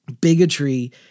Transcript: bigotry